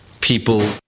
people